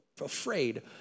afraid